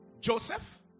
Joseph